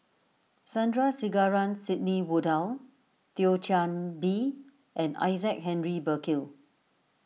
Sandrasegaran Sidney Woodhull Thio Chan Bee and Isaac Henry Burkill